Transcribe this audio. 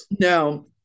No